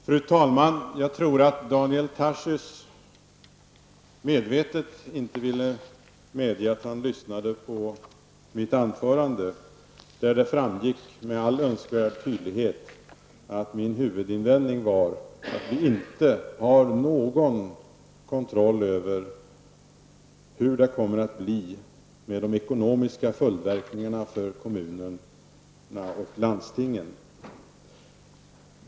Fru talman! Jag tror att Daniel Tarschys medvetet inte vill medge att han lyssnade på mitt anförande. Det framgick med all önskvärd tydlighet att min huvudinvändning var att vi inte har någon kontroll över hur de ekonomiska följdverkningarna kommer att bli för kommunerna och landstingen.